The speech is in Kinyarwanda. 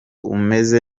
umeze